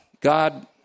God